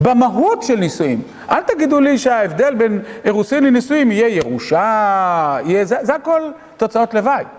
במהות של נישואים. אל תגידו לי שההבדל בין אירוסין לנישואים יהיה ירושה, זה הכל תוצאות לוואי.